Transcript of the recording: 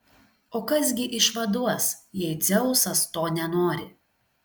o kas gi išvaduos jei dzeusas to nenori